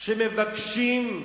שמבקשים,